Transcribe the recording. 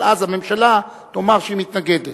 אבל אז הממשלה תאמר שהיא מתנגדת.